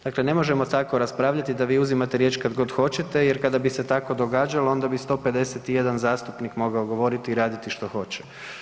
Dakle, ne možemo tako raspravljati da vi uzimate riječ kad god hoćete jer kada bi se tako događalo onda bi 151 zastupnik mogao govoriti i raditi što hoće.